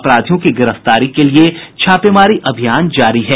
अपराधियों की गिरफ्तारी के लिए छापेमारी अभियान जारी है